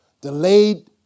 Delayed